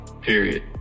Period